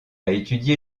étudié